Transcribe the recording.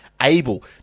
able